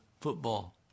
football